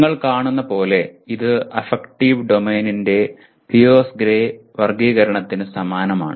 നിങ്ങൾ കാണുംപോലെ ഇത് അഫക്റ്റീവ് ഡൊമെയ്നിന്റെ പിയേഴ്സ് ഗ്രേ വർഗ്ഗീകരണത്തിന് സമാനമാണ്